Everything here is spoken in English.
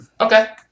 Okay